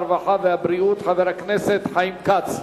הרווחה והבריאות חבר הכנסת חיים כץ.